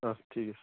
অঁ ঠিক আছে